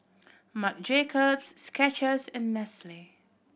Marc Jacobs Skechers and Nestle